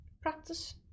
Practice